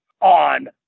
on